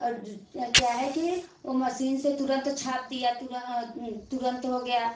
और डिजनल क्या है कि वो मशीन से तुरंत छाप दिया तुरंत हो गया